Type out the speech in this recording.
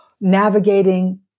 navigating